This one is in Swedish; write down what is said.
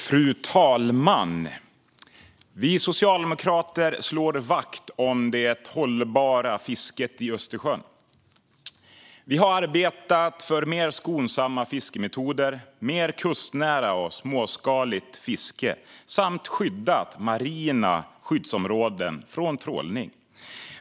Fru talman! Vi socialdemokrater slår vakt om det hållbara fisket i Östersjön. Vi har arbetat för mer skonsamma fiskemetoder, mer kustnära och småskaligt fiske samt skyddat marina skyddsområden från trålning.